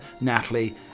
natalie